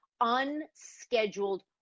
unscheduled